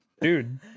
Dude